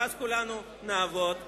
ואז כולנו נעמוד במבוכה.